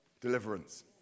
deliverance